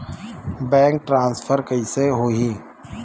Bank transfer कइसे होही?